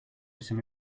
some